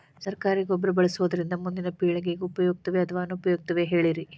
ಸರಕಾರಿ ಗೊಬ್ಬರ ಬಳಸುವುದರಿಂದ ಮುಂದಿನ ಪೇಳಿಗೆಗೆ ಉಪಯುಕ್ತವೇ ಅಥವಾ ಅನುಪಯುಕ್ತವೇ ಹೇಳಿರಿ